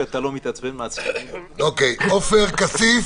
עופר כסיף,